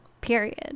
Period